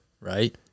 right